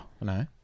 no